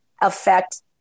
affect